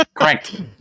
Correct